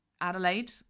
Adelaide